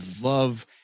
love